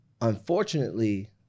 unfortunately